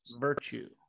Virtue